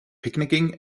picnicking